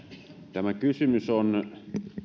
tämä kysymys on